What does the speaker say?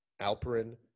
Alperin